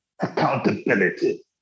accountability